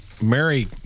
Mary